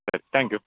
ಸರಿ thank you